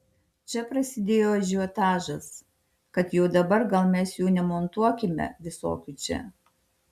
čia prasidėjo ažiotažas kad jau dabar gal mes jų nemontuokime visokių čia